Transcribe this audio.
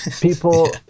people